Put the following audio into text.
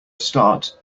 start